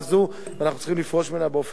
ואנחנו צריכים לפרוש ממנה באופן מיידי.